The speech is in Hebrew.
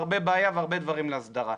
הרבה בעיה והרבה דברים להסדרה.